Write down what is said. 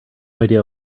idea